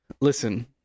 Listen